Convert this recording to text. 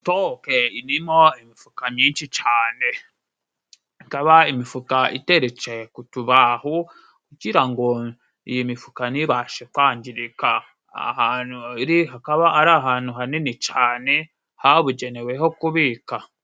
Sitoke irimo imifuka myinshi cane ikaba imifuka iteretse ku tubaho kugira ngo iyi mifuka ntibashe kwangirika. Ahantu iri hakaba ari ahantu hanini cane habugenewe ho kubika.